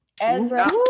Ezra